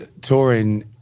touring